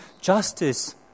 justice